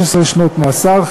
15 שנות מאסר,